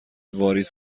واریز